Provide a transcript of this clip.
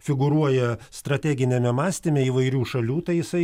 figūruoja strateginiame mąstyme įvairių šalių tai jisai